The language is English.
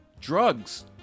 Drugs